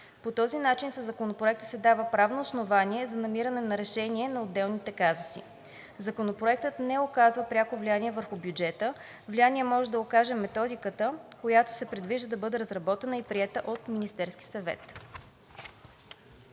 По този начин със Законопроекта се дава правното основание за намиране на решение на отделните казуси. Законопроектът не оказва пряко влияние върху бюджета, влияние може да окаже методиката, която се предвижда да бъде разработена и приета от Министерския съвет.